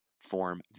form